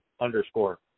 underscore